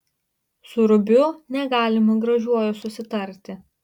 su rubiu negalima gražiuoju susitarti